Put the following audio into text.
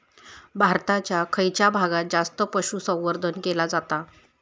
भारताच्या खयच्या भागात जास्त पशुसंवर्धन केला जाता?